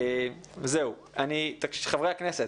חברי הכנסת.